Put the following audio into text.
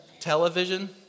Television